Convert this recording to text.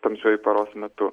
tamsiuoju paros metu